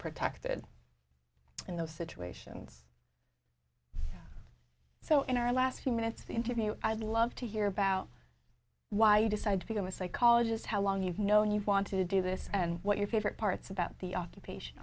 protected in those situations so in our last few minutes of the interview i'd love to hear about why you decided to become a psychologist how long you've known you want to do this and what your favorite parts about the occupation